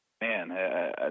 Man